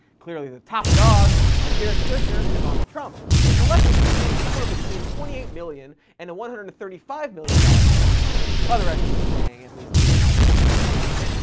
clearly the top dogs are jared kushner and ivanka trump, who collectively made somewhere between twenty eight million dollars and one hundred and thirty five million dollars last year. other estimates saying at least eighty two million dollars.